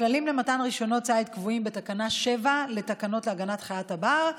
הכללים למתן רישיונות ציד קבועים בתקנה 7 לתקנות להגנת חיית הבר.